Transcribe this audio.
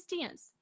dance